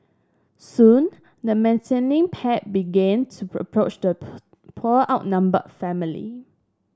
soon the menacing pack began to approach the poor outnumbered family